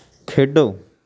ਖੇਡੋ